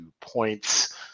points